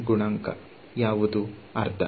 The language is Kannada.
ವಿದ್ಯಾರ್ಥಿ ಅರ್ಧ